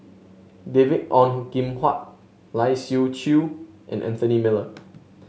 David Ong Kim Huat Lai Siu Chiu and Anthony Miller